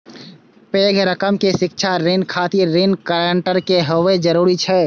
पैघ रकम के शिक्षा ऋण खातिर ऋण गारंटर के हैब जरूरी छै